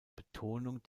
betonung